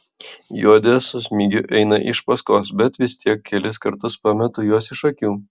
juodė su smigiu eina iš paskos bet vis tiek kelis kartus pametu juos iš akių